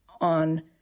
on